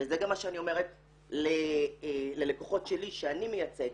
וזה גם מה שאני אומרת ללקוחות שלי שאני מייצגת,